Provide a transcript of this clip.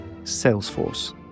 Salesforce